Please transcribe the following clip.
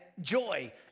joy